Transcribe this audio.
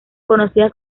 conocidas